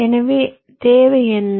எனவே தேவை என்ன